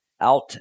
out